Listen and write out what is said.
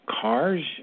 Cars